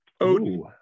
Odin